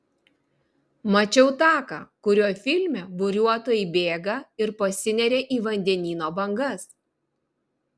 mačiau taką kuriuo filme buriuotojai bėga ir pasineria į vandenyno bangas